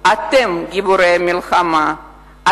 אתם גיבורי המלחמה,